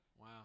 Wow